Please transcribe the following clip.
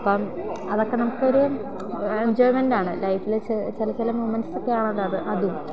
അപ്പം അതൊക്കെ നമുക്കൊരു എഞ്ചോയ്മെൻ്റാണ് ലൈഫിൽ ചില ചില മൊമെൻ്റ്സൊക്കെയാണല്ലോ അത് അതും